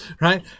right